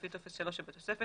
לפי טופס 3 שבתוספת.